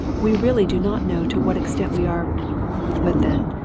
we really do not know to what extent we are but then,